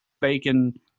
bacon